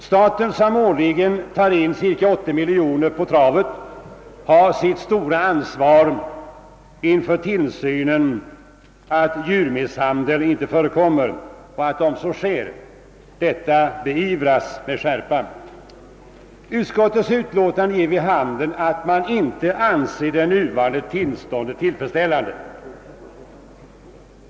Staten, som årligen tar in cirka 80 miljoner på travet, har sitt stora ansvar inför tillsynen att djurmisshandel inte förekommer och att, om så sker, detta beivras med skärpa. Utskottsutlåtandet ger vid handen, att man inte anser det nuvarande tillståndet tillfredsställande.